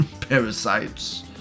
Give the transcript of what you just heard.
parasites